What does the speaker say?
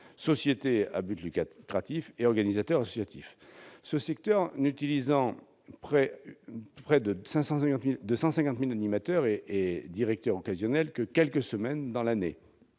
sociétés à but lucratif et organisateurs associatifs, ce secteur n'utilisant près de 150 000 animateurs et directeurs occasionnels que quelques semaines dans l'année,